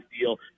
deal